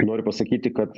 noriu pasakyti kad